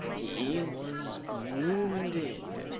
he was wounded.